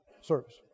service